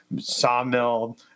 sawmill